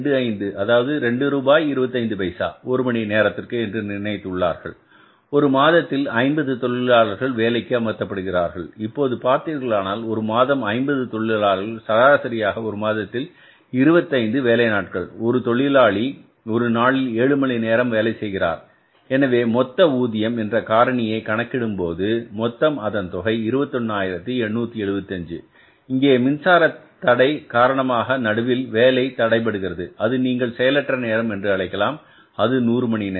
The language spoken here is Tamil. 25 அதாவது 2 ரூபாய் 25 பைசா ஒரு மணி நேரத்திற்கு என்று நிர்ணயித்து உள்ளார்கள் ஒரு மாதத்தில் 50 தொழிலாளர்கள் வேலைக்கு அமர்த்தப்படுகிறார்கள் இப்போது பார்த்தீர்களானால் ஒரு மாதம் 50 தொழிலாளர்கள் சராசரியாக ஒரு மாதத்தில் 25 வேலை நாட்கள் ஒரு தொழிலாளி ஒரு நாளில் ஏழு மணி நேரம் வேலை செய்கிறார் எனவே மொத்த ஊதியம் என்ற காரணியை கணக்கிடும்போது மொத்தம் அதன் தொகை 21875 இங்கே மின்சார தடை காரணமாக நடுவில் வேலை தடைபடுகிறது அது நீங்கள் செயலற்ற நேரம் என அழைக்கலாம் அது 100 மணி நேரம்